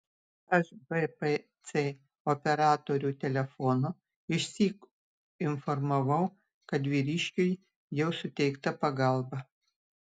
aš bpc operatorių telefonu išsyk informavau kad vyriškiui jau suteikta pagalba